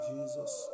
Jesus